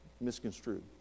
misconstrued